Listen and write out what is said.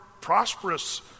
prosperous